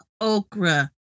okra